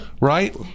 Right